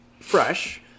fresh